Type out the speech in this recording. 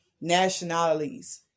nationalities